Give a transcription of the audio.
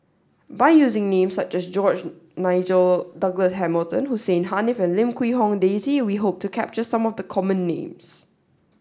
by using names such as George Nigel Douglas Hamilton Hussein Haniff and Lim Quee Hong Daisy we hope to capture some of the common names